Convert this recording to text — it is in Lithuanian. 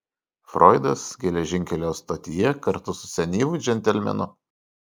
froidas geležinkelio stotyje kartu su senyvu džentelmenu